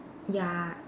ya